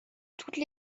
toutes